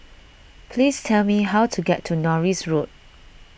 please tell me how to get to Norris Road